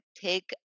take